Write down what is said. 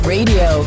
Radio